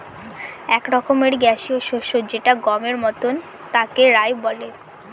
এক রকমের গ্যাসীয় শস্য যেটা গমের মতন তাকে রায় বলে